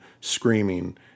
screaming